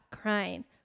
crying